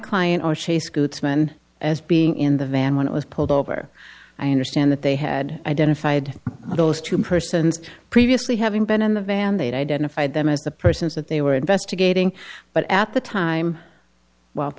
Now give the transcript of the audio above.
client or chase coots men as being in the van when it was pulled over i understand that they had identified those two persons previously having been in the van they'd identified them as the persons that they were investigating but at the time well